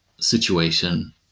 situation